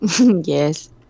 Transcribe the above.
Yes